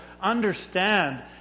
understand